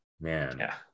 man